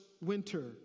winter